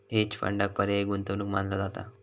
hedge फंडांक पर्यायी गुंतवणूक मानला जाता